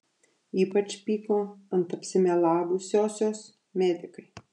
ypač pyko ant apsimelavusiosios medikai